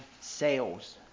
sales